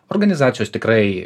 organizacijos tikrai